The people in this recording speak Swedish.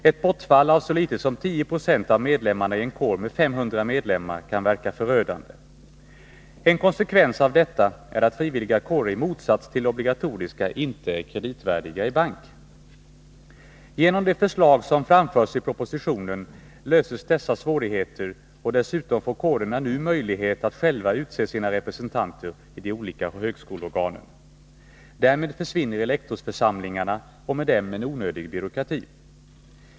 Ett bortfall av så litet som 10 96 av medlemmarna i en kår med 500 medlemmar kan verka förödande. En konsekvens av detta är att frivilliga kårer i motsats till obligatoriska inte är kreditvärdiga i bank. Genom de förslag som framförs i propositionen löses dessa svårigheter, och dessutom får kårerna nu möjlighet att själva utse sina representanter i de olika högskoleorganen. Därmed försvinner elektorsförsamlingarna och med dem en onödig byråkrati.